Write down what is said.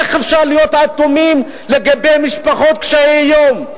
איך אפשר להיות אטומים לגבי משפחות קשות-יום?